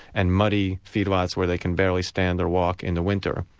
and muddy feedlots where they can barely stand or walk in the winter.